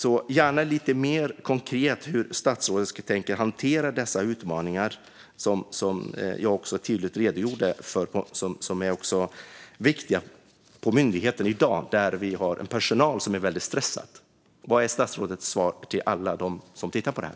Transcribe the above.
Statsrådet kan också gärna vara lite mer konkret när det gäller hur han tänker hantera utmaningarna på myndigheten, där personalen i dag är väldigt stressad. Vad är statsrådets svar till alla som lyssnar på detta?